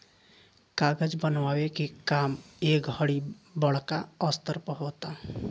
कागज बनावे के काम ए घड़ी बड़का स्तर पर होता